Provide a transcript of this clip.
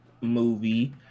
movie